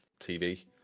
TV